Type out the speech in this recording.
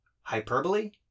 Hyperbole